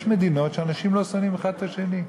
מדינות שבהן אנשים לא שונאים האחד את השני.